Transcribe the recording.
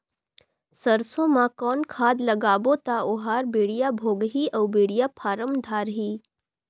सरसो मा कौन खाद लगाबो ता ओहार बेडिया भोगही अउ बेडिया फारम धारही?